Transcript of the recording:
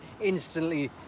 instantly